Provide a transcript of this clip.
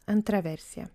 antra versija